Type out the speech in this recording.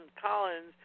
Collins